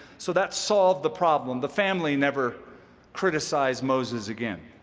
so that solved the problem. the family never criticized moses again.